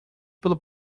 pela